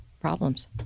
problems